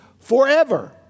forever